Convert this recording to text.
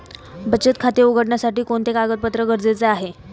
बचत खाते उघडण्यासाठी कोणते कागदपत्रे गरजेचे आहे?